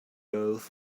earth